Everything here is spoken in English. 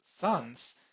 sons